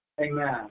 Amen